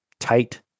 Tight